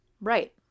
Right